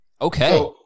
Okay